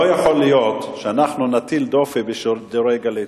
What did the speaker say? לא יכול להיות שאנחנו נטיל דופי בשידורי "גלי צה"ל".